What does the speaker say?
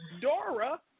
Dora